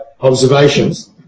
observations